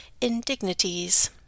indignities